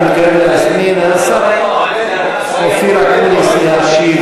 אני מתכבד להזמין את השר אופיר אקוניס להשיב